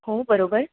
हो बरोबर